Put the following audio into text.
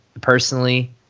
personally